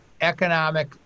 economic